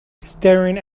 staring